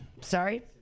Sorry